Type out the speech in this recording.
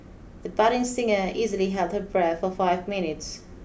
the budding singer easily held her breath for five minutes